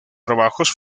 trabajos